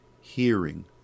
hearing